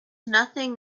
nothing